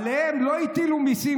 עליהם לא הטילו מיסים,